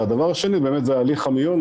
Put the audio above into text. הדבר השני באמת זה הליך המיון,